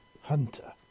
Hunter